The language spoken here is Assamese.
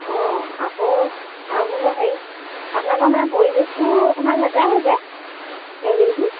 অঁ আকৌ আৰু হেৰি আপোনালোকৰ মানে পৰিবেশটোও অকণমান লেতেৰা হৈছে কেণ্টিনখন